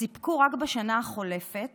סיפקו רק בשנה החולפת